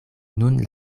nun